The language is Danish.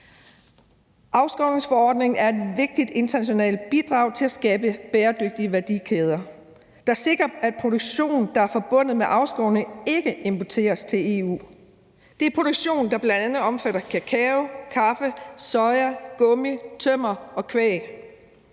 Afskovningsforordningen er et vigtigt internationalt bidrag til at skabe bæredygtige værdikæder, der sikrer, at produktion, der er forbundet med afskovning, ikke importeres til EU. Det er produktion, der bl.a. omfatter kakao, kaffe, soja, gummi, tømmer og kvæg.